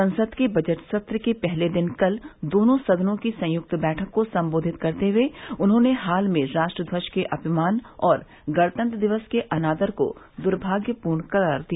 संसद के बजट सत्र के पहले दिन कल दोनों सदनों की संयुक्त बैठक को संबोधित करते हुए उन्होंने हाल में राष्ट्र ध्वज के अपमान और गणतंत्र दिवस के अनादर को द्र्भाग्यपूर्ण करार दिया